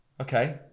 okay